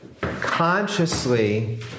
consciously